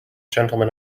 gentlemen